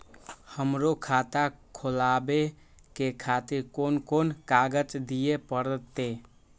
हमरो खाता खोलाबे के खातिर कोन कोन कागज दीये परतें?